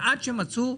עד שמצאו,